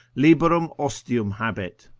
liberum ostium habet,